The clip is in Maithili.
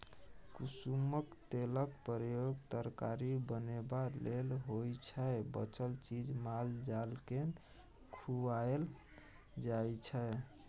कुसुमक तेलक प्रयोग तरकारी बनेबा लेल होइ छै बचल चीज माल जालकेँ खुआएल जाइ छै